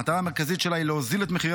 המטרה המרכזית שלה היא להוזיל את מחירי